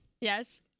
Yes